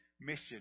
mission